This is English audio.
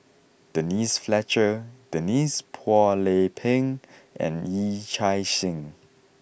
Denise Fletcher Denise Phua Lay Peng and Yee Chia Hsing